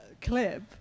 clip